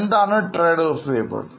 എന്താണ് trade receivable